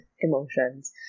emotions